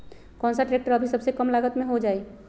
कौन सा ट्रैक्टर अभी सबसे कम लागत में हो जाइ?